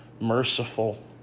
merciful